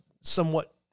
somewhat